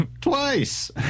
Twice